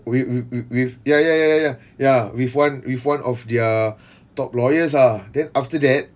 wi~ wi~ wi~ with ya ya ya ya ya ya with one with one of their top lawyers ah then after that